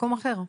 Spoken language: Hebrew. מקום אחר.